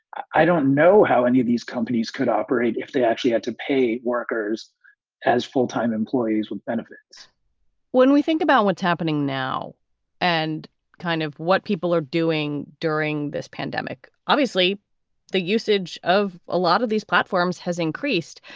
i don't know how any of these companies could operate if they actually had to pay workers as full time employees with benefits when we think about what's happening now and kind of what people are doing during this pandemic, obviously the usage of a lot of these platforms has increased.